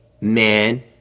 man